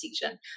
decision